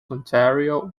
ontario